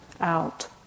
out